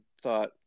thought